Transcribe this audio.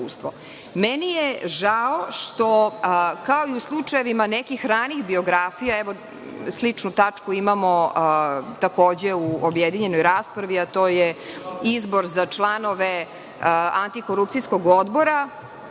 je žao što, kao i u slučajevima nekih ranijih biografija, evo sličnu tačku imamo takođe u objedinjenoj raspravi, a to je izbor za članove Antikorupcijskog odbora,